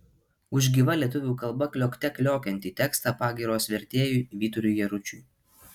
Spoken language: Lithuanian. už gyva lietuvių kalba kliokte kliokiantį tekstą pagyros vertėjui vyturiui jaručiui